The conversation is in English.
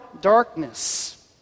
darkness